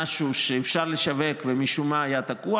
משהו שאפשר לשווק ומשום מה היה תקוע